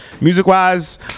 music-wise